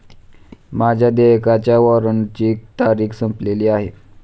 माझ्या देयकाच्या वॉरंटची तारीख संपलेली आहे